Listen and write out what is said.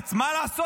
מבג"ץ מה לעשות,